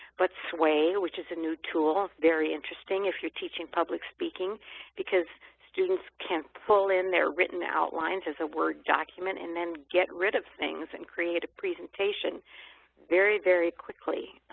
but sway, which is a new tool, very interesting if you're teaching public speaking because students can pull in their written outlines as word document and then get rid of things and create a presentation very, very quickly,